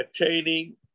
attaining